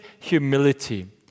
humility